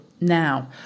Now